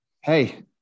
Hey